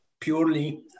purely